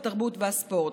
התרבות והספורט.